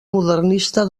modernista